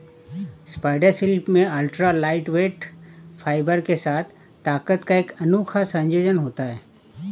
spider silk में ultra lightweight fibre के साथ ताकत का एक अनूठा संयोजन होता है